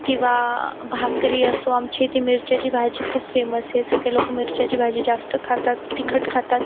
किंवा भाकरी असो आमच्या इथे मिर्चीची भाजी खूप फेमस आहे सगळे लोकं मिर्च्यांची भाजी जास्त खातात तिखट खातात